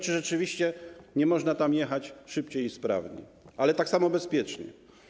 Czy rzeczywiście nie można tam jechać szybciej i sprawniej, ale tak samo bezpiecznie?